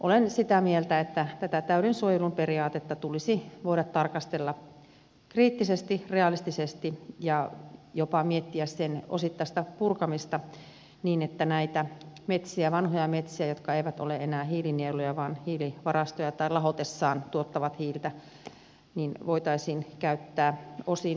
olen sitä mieltä että tätä täyden suojelun periaatetta tulisi voida tarkastella kriittisesti realistisesti ja jopa miettiä sen osittaista purkamista niin että näitä metsiä vanhoja metsiä jotka eivät ole enää hiilinieluja vaan hiilivarastoja tai lahotessaan tuottavat hiiltä voitaisiin käyttää osin talouskäyttöön